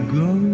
go